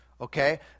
Okay